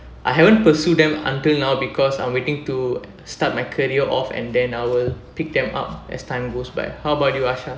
I haven't pursue them until now because I'm waiting to start my career off and then I will pick them up as time goes by how about you asha